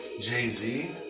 jay-z